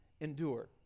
endure